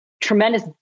tremendous